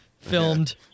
filmed